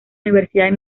universidad